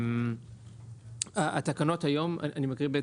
אני אקריא את